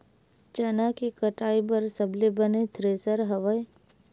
चना के कटाई बर सबले बने थ्रेसर हवय?